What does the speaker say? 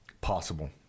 possible